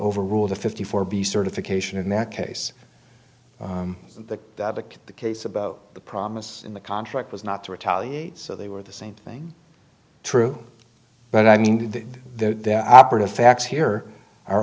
overruled a fifty four b certification in that case the case about the promise in the contract was not to retaliate so they were the same thing true but i mean the operative facts here are